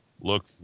look